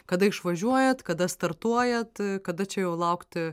kada išvažiuojat kada startuojat kada čia jau laukti